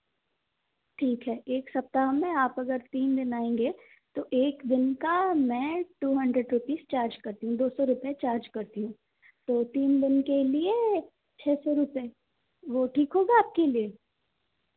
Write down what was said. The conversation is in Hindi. ठीक है एक सप्ताह में आप अगर तीन दिन आएंगे तो एक दिन का मैं टू हंड्रेड रुपीज़ चार्ज़ करती हूँ दो सौ रुपए चार्ज़ करते हैं तो तीन दिन के लिए छह सौ रुपए वो ठीक होगा आपके लिए